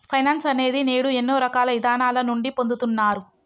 finance అనేది నేడు ఎన్నో రకాల ఇదానాల నుండి పొందుతున్నారు